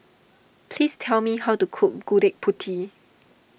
please tell me how to cook Gudeg Putih